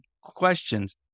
questions